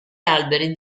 alberi